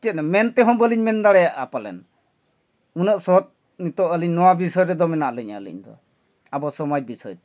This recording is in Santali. ᱪᱮᱫ ᱢᱮᱱᱛᱮ ᱦᱚᱸ ᱵᱟᱹᱞᱤᱧ ᱢᱮᱱ ᱫᱟᱲᱮᱭᱟᱜᱼᱟ ᱯᱟᱞᱮᱱ ᱩᱱᱟᱹᱜ ᱥᱚᱦᱚᱫ ᱱᱤᱛᱳᱜ ᱟᱹᱞᱤᱧ ᱱᱚᱣᱟ ᱵᱤᱥᱚᱭ ᱨᱮᱫᱚ ᱢᱮᱱᱟᱜ ᱞᱤᱧᱟᱹ ᱟᱹᱞᱤᱧ ᱫᱚ ᱟᱵᱚ ᱥᱚᱢᱟᱡᱽ ᱵᱤᱥᱚᱭ ᱛᱮᱫᱚ